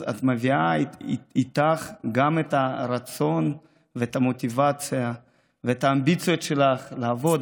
אז את מביאה איתך גם את הרצון ואת המוטיבציה ואת האמביציות שלך לעבוד,